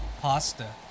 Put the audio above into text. pasta